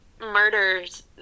murders